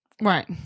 right